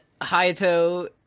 Hayato